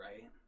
right